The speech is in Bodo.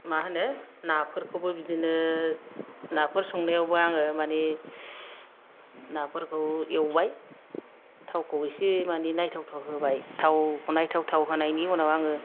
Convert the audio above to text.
माहोनो नाफोरखौबो बिदिनो नाफोर संनायावबो आङो माने नाफोरखौ एवबाय थावखौ एसे माने नायथावथाव होबाय थावखौ नायथावथाव होनायनि उनाव आङो